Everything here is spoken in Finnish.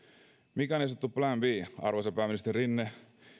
mikä on niin sanottu plan b arvoisa pääministeri rinne